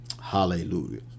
Hallelujah